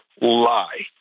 lie